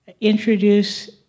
introduce